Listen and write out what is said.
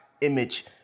image